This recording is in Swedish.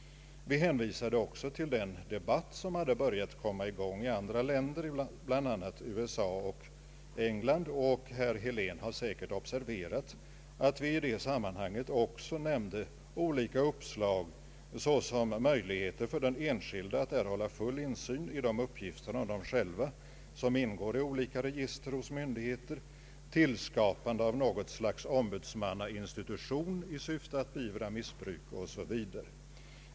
Vi hänvisade också till den debatt som hade börjat komma i gång i andra länder, bl.a. USA och England, och herr Helén har säkert observerat att vi i det sammanhanget också nämnde olika uppslag, såsom möjligheter för enskilda att erhålla full insyn i de uppgifter om dem själva som ingår i olika register hos myndigheter, tillskapande av något slags ombudsmannainstitution i syfte att beivra missbruk o.s.v.